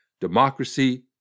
Democracy